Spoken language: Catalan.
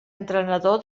entrenador